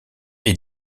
est